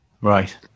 right